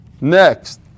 next